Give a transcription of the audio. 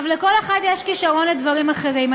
לכל אחד יש כישרון לדברים אחרים.